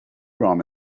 rum